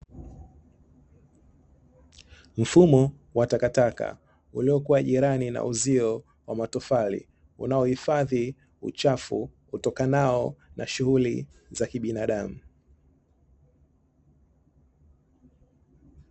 Mfumo wa takataka uliokua jirani na uzio wa matofali, unaohifadhi uchafu utokanao na shughuli za kibinadamu.